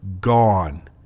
gone